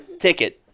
ticket